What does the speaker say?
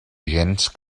gens